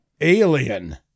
alien